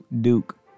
Duke